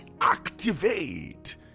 activate